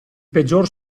peggior